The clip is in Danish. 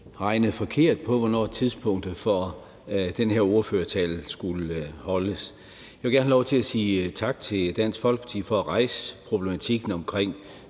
regnet forkert på, hvornår tidspunktet for den her ordførertale skulle holdes. Jeg vil gerne have lov til at sige tak til Dansk Folkeparti for at rejse problematikken omkring